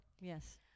Yes